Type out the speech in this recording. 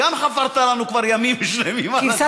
גם חפרת לנו כבר ימים שלמים על זה,